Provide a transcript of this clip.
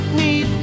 need